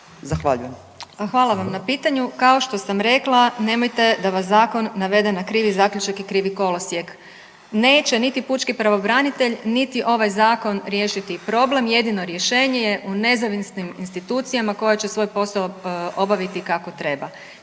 prezimenom)** Hvala vam na pitanju. Kao što sam rekla nemojte da vas zakon dovede na krivi zaključak i krivi kolosijek. Neće niti pučki pravobranitelj niti ovaj zakon riješiti problem, jedino rješenje je u nezavisnim institucijama koje će svoj posao obaviti kako treba.